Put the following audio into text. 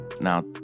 Now